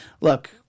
look